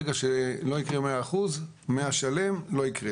ברגע שלא יהיו 100 אחוזים, זה לא יקרה.